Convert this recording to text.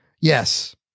Yes